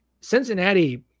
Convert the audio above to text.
Cincinnati